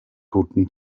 guten